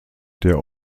der